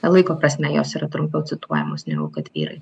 laiko prasme jos yra trumpiau cituojamos negu kad vyrai